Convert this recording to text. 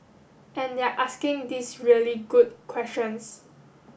and they're asking these really good questions